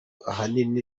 ahanini